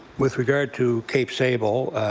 with regard to cape sable,